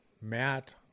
Matt